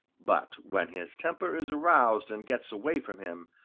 but when his temper is aroused and gets away from him,